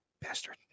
bastard